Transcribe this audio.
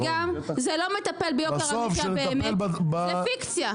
וגם זה לא מטפל ביוקר המחיה באמת, זו פיקציה.